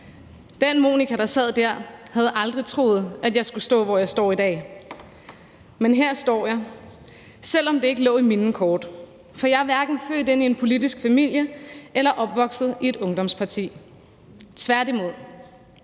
Den Monika, der sad der, havde aldrig troet, at hun skulle stå, hvor hun står i dag. Men her står jeg, selv om det ikke lå i kortene. For jeg er hverken født ind i en politisk familie eller har været i et ungdomsparti – tværtimod.